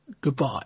goodbye